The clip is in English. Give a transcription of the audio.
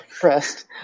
pressed